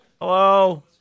Hello